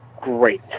great